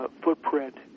footprint